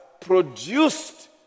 produced